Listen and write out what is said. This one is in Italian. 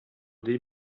dei